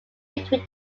between